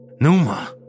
Numa